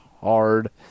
hard